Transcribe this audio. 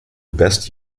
best